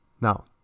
now